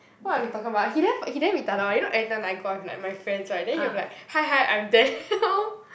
what are we talking about he damn he damn retarded one you know every time like I go out with like my friends right then he'll be like hi hi I'm Daniel